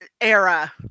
era